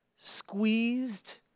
squeezed